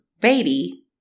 baby